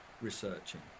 researching